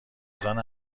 میزان